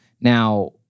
Now